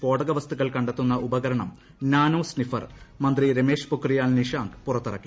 സ്ഫോടക വസ്തുക്കൾ കണ്ടെത്തുന്ന ഉപകരണം നാനോ സ്നിഫർ മന്ത്രി രമേശ് പൊഖ്രിയാൽ നിഷാങ്ക് പുറത്തിറക്കി